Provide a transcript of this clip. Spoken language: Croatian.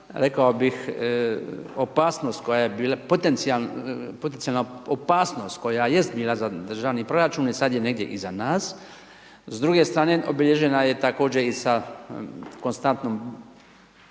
je bila, potencijalna opasnost koja jest bila za Državni proračun e sad je negdje iza nas, s druge strane obilježena je također i s konstantnim